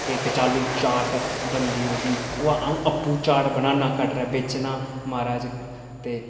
केह् कचालू चाट बनदी ओह्दी ओह् अ'ऊं आपूं चाट बनान्ना कटरै बेचना म्हाराज ते